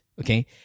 okay